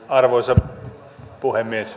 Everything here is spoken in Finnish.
arvoisa puhemies